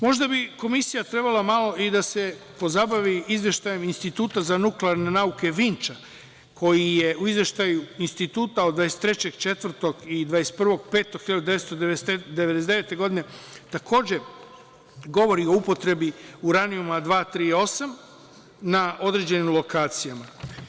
Možda bi komisija trebalo malo i da se pozabavi izveštajem Instituta za nuklearne nauke Vinča koji u izveštaju Instituta od 23.4. i 21.5.1999. godine takođe govori o upotrebi uranijuma-238 na određenim lokacijama.